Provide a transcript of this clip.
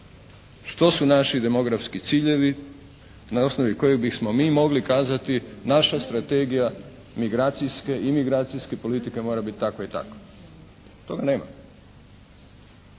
Što su naši demografski ciljevi na osnovi kojih bismo mi mogli kazati naša Strategija migracijske, imigracijske politike mora biti takva i takva? Toga nema.